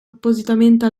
appositamente